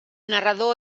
narrador